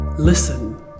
Listen